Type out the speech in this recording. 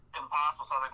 impossible